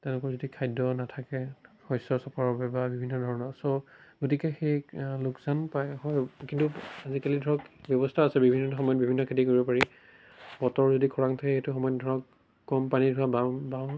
তেওঁলোকৰ যদি খাদ্য নাথাকে শস্য চপাবৰ বাবে বা বিভিন্ন ধৰণৰ চ' গতিকে সেই লোকচান প্ৰায় হয় কিন্তু আজিকালি ধৰক ব্যৱস্থা আছে বিভিন্ন সময়ত বিভিন্ন খেতি কৰিব পাৰি বতৰ যদি খৰাং থাকে সেইটো সময়ত ধৰক কম পানীৰ ধৰক বাম বাম